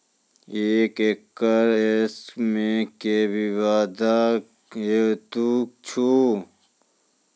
एक एकरऽ मे के बीघा हेतु छै?